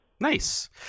Nice